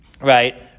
right